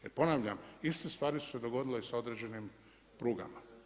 Jer ponavljam, iste stvari su se dogodile i sa određenim prugama.